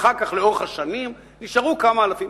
אחר כך, לאורך השנים, נשארו כמה אלפים.